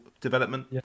development